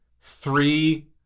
three